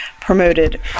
promoted